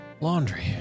Laundry